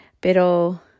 pero